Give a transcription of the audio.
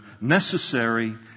Necessary